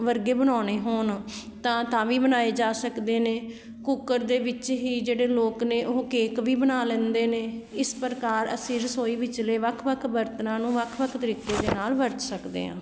ਵਰਗੇ ਬਣਾਉਣੇ ਹੋਣ ਤਾਂ ਤਾਂ ਵੀ ਬਣਾਏ ਜਾ ਸਕਦੇ ਨੇ ਕੁੱਕਰ ਦੇ ਵਿੱਚ ਹੀ ਜਿਹੜੇ ਲੋਕ ਨੇ ਉਹ ਕੇਕ ਵੀ ਬਣਾ ਲੈਂਦੇ ਨੇ ਇਸ ਪ੍ਰਕਾਰ ਅਸੀਂ ਰਸੋਈ ਵਿਚਲੇ ਵੱਖ ਵੱਖ ਬਰਤਨਾਂ ਨੂੰ ਵੱਖ ਵੱਖ ਤਰੀਕੇ ਦੇ ਨਾਲ ਵਰਤ ਸਕਦੇ ਹਾਂ